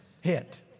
hit